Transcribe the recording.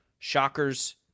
shockers